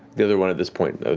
the other one at this point,